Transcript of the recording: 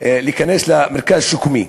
להיכנס למרכז השיקומי.